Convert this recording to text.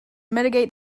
mitigate